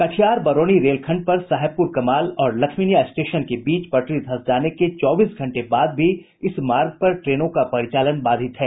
कटिहार बरौनी रेलखंड पर साहेबपूर कमाल और लखमीनियां स्टेशन के बीच पटरी धंस जाने के चौबीस घंटे बाद भी इस मार्ग पर ट्रेनों का परिचालन बाधित है